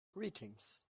greetings